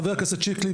חבר הכנסת שיקלי,